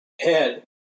head